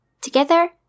Together